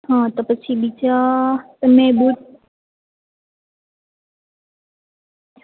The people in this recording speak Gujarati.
હ તો પછી બીજા અને બુટ